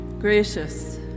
Gracious